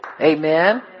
amen